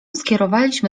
skierowaliśmy